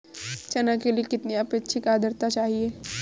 चना के लिए कितनी आपेक्षिक आद्रता चाहिए?